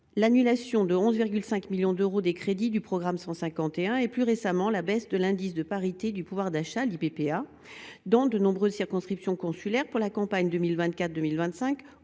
l’annulation de 11,5 millions d’euros des crédits du programme 151 ; enfin, plus récemment, la baisse de l’indice de parité de pouvoir d’achat (Ippa) dans de nombreuses circonscriptions consulaires pour la campagne 2024 2025